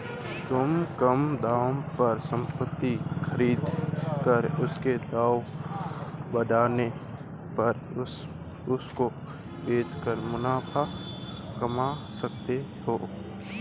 तुम कम दाम पर संपत्ति खरीद कर उसके दाम बढ़ने पर उसको बेच कर मुनाफा कमा सकते हो